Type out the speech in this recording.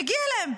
מגיע להם.